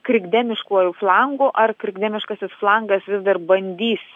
krikdemiškuoju flangu ar krikdemiškasis flangas vis dar bandys